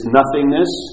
nothingness